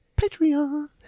Patreon